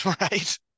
right